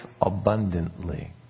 abundantly